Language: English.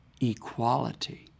equality